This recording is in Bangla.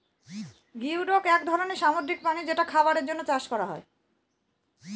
গিওডক এক ধরনের সামুদ্রিক প্রাণী যেটা খাবারের জন্য চাষ করা হয়